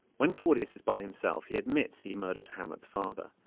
when claudius is by himself he admits he murdered hamlet's father.